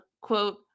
quote